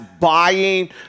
buying